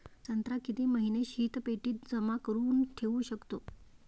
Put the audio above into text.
संत्रा किती महिने शीतपेटीत जमा करुन ठेऊ शकतो?